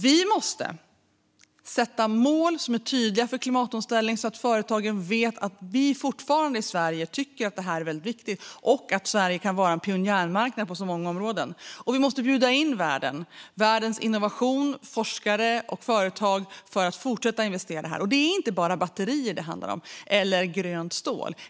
Vi måste sätta mål som är tydliga för klimatomställnigen så att företagen vet att vi i Sverige fortfarande tycker att detta är väldigt viktigt och att Sverige kan vara en pionjärmarknad på så många områden. Och vi måste bjuda in världen - världens innovation, forskare och företag - för att fortsätta att investera i det här. Och det är inte bara batterier eller grönt stål det handlar om.